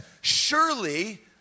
surely